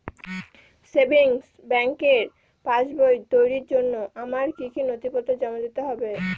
Savings ব্যাংকের পাসবই তৈরির জন্য আমার কি কি নথিপত্র জমা দিতে হবে?